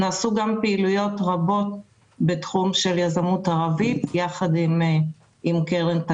נעשו גם פעילויות רבות בתחום של יזמות ערבית יחד עם קרן ...